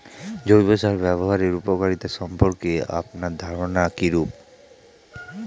জৈব সার ব্যাবহারের উপকারিতা সম্পর্কে আপনার ধারনা কীরূপ?